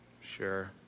Sure